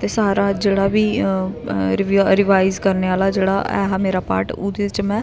ते सारा जेह्ड़ा बी रिवाइज करने आह्ला जेह्ड़ा ऐहा मेरा पार्ट ओह्दे च में